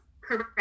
Correct